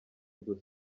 gusa